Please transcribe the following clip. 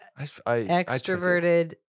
Extroverted